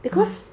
!huh!